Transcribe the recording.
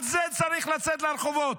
על זה צריך לצאת לרחובות.